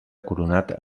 coronat